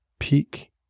Peak